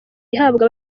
ihabwa